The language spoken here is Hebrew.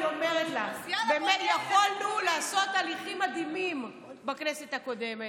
אני אומרת לך: באמת יכולנו לעשות הליכים מדהימים בכנסת הקודמת,